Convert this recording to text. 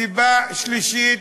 סיבה שלישית: